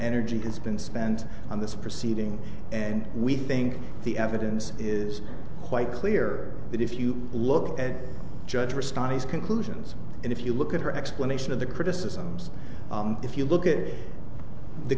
energy can spend spends on this proceeding and we think the evidence is quite clear that if you look at judge responses conclusions and if you look at her explanation of the criticisms if you look at the